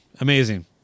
Amazing